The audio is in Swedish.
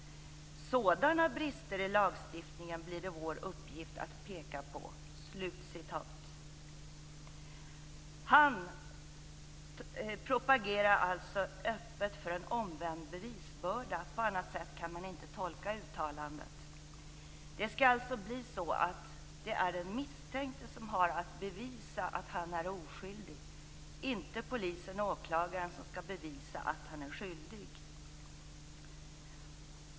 Sådana brister i lagstiftningen blir det vår uppgift att peka på." Han propagerar alltså öppet för omvänd bevisbörda - på annat sätt kan man inte tolka uttalandet. Det skall alltså bli så att det är den misstänkte som har att bevisa att han är oskyldig, inte polisen och åklagaren som skall bevisa att han är skyldig.